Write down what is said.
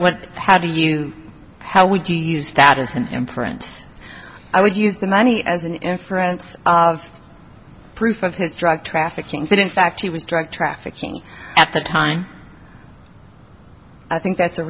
what how do you how would you use that as an imprint i would use the money as an inference of proof of his drug trafficking that in fact he was drug trafficking at the time i think that's a